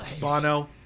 Bono